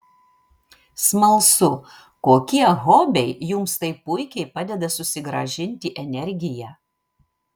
smalsu kokie hobiai jums taip puikiai padeda susigrąžinti energiją